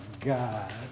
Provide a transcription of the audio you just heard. God